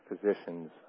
physicians